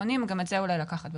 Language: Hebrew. תודה רבה לך ורד.